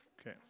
Okay